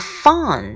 fun